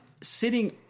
sitting